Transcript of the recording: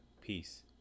peace